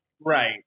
Right